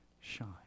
shine